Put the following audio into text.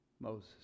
Moses